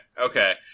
okay